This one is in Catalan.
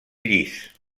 llis